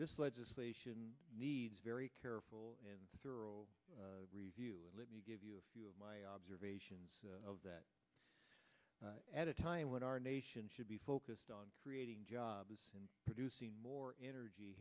this legislation needs a very careful and thorough review let me give you a few of my observations of that at a time when our nation should be focused on creating jobs and producing more energy